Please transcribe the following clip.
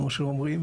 כמו שאומרים,